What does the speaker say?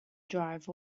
drive